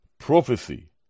Prophecy